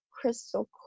crystal